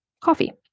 coffee